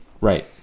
Right